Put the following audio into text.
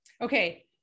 Okay